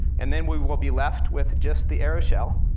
and then we will be left with just the aeroshell,